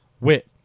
Wit